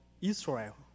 Israel